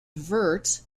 vert